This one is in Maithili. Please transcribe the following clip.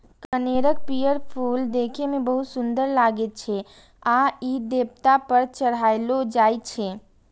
कनेरक पीयर फूल देखै मे बहुत सुंदर लागै छै आ ई देवता पर चढ़ायलो जाइ छै